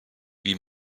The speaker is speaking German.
wie